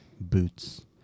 boots